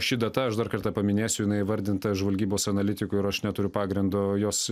ši data aš dar kartą paminėsiu jinai įvardinta žvalgybos analitikų ir aš neturiu pagrindo jos